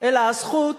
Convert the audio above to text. אלא הזכות